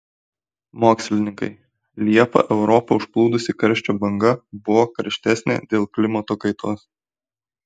mokslininkai liepą europą užplūdusi karščio banga buvo karštesnė dėl klimato kaitos